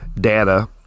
data